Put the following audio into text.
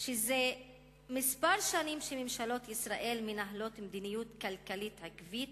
שזה כמה שנים שממשלות ישראל מנהלות מדיניות כלכלית עקבית.